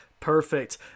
Perfect